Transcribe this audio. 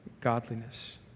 godliness